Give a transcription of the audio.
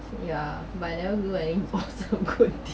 ya but I never do any awesome good deed